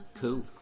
Cool